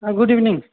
गुद इभिनिं